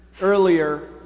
earlier